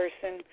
person